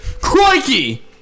Crikey